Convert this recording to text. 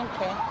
Okay